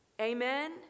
Amen